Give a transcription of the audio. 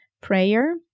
prayer